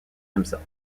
himself